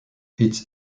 its